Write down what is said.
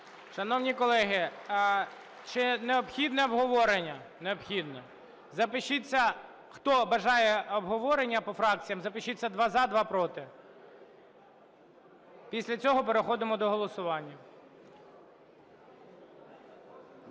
Шановні колеги, чи необхідне обговорення? Необхідне. Запишіться, хто бажає обговорення по фракціям, запишіться два – за, два – проти. Після цього переходимо до голосування.